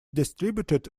distributed